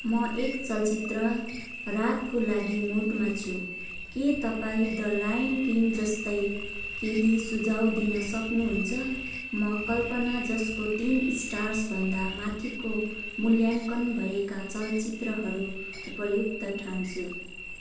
म एक चलचित्र रातको लागि मुडमा छु के तपाईँ द लायन किङ जस्तै केही सुझाउ दिन सक्नुहुन्छ म कल्पना जसको तिन स्टार्सभन्दा माथिको मूल्याङ्कन भएका चलचित्रहरू उपयुक्त ठान्छु